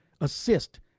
assist